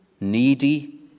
needy